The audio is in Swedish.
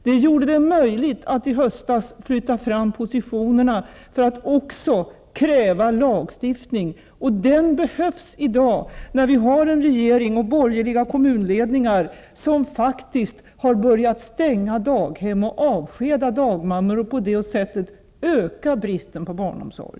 Det gjorde det möj ligt att i höstas flytta fram positionerna för att också kräva lagstiftning, och den behövs i dag, när regeringen och borgerliga kommunledningar har börjat stänga daghem och avskeda dagmammor och på det sättet öka bristen på barnomsorg.